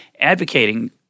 advocating